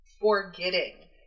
forgetting